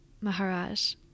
Maharaj